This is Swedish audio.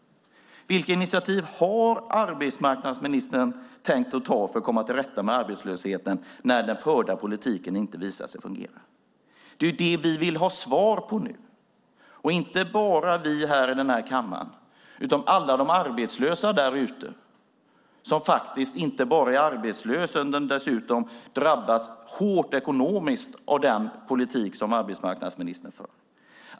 Vilka initiativ har arbetsmarknadsministern tänkt ta för att komma till rätta med arbetslösheten när den förda politiken inte visar sig fungera? Det är det vi vill ha svar på nu, och inte bara vi i den här kammaren utan alla de arbetslösa där ute som faktiskt inte bara är arbetslösa utan dessutom drabbas hårt ekonomiskt av den politik som arbetsmarknadsministern för.